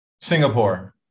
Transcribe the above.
Singapore